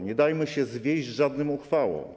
Nie dajmy się zwieść żadnym uchwałom.